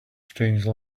strange